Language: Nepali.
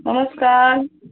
नमस्कार